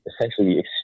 essentially